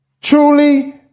Truly